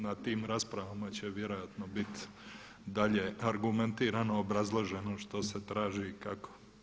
Na tim raspravama će vjerojatno biti dalje argumentirano obrazloženo što se traži i kako.